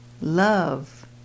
love